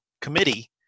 committee